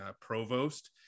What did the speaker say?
provost